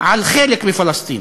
על חלק מפלסטין.